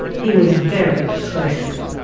he was very persuasive.